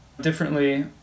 differently